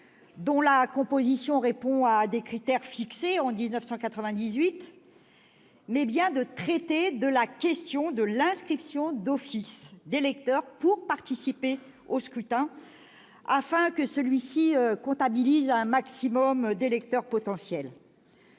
dont la composition répond à des critères fixés en 1998, mais bien de traiter de la question de l'inscription d'office d'électeurs pour participer au scrutin, afin que celui-ci comptabilise un maximum d'électeurs potentiels.